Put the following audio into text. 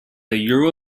euro